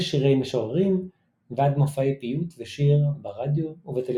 שירי משוררים ועד מופעי פיוט ושיר ברדיו ובטלוויזיה.